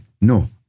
no